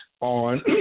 on